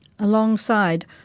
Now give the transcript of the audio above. Alongside